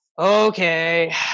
okay